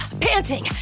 panting